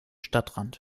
stadtrand